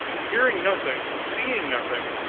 hearing nothing, seeing nothing,